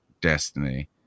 destiny